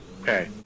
Okay